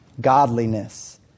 godliness